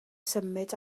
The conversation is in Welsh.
symud